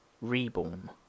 reborn